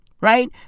Right